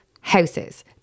houses